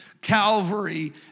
Calvary